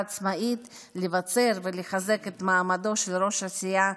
עצמאית ולבצר ולחזק את מעמדו של ראש הסיעה,